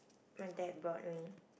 my dad brought me